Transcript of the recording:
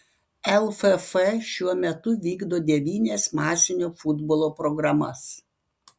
lff šiuo metu vykdo devynias masinio futbolo programas